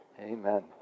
Amen